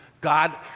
God